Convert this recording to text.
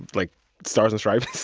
like stars and stripes